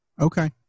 Okay